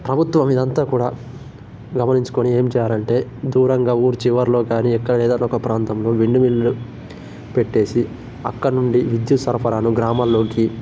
ప్రభుత్వం ఇదంతా కూడా గమనించుకొని ఏం చేయాలంటే దూరంగా ఊరి చివర్లో కానీ ఎక్కడైనా ఒక ప్రాంతంలో విండు మిల్లు పెట్టేసి అక్కడ నుండి విద్యుత్ సరఫరాను గ్రామాల్లోకి